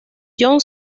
john